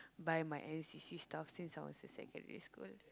buy my N_C_C stuff since I was in secondary school